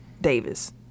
Davis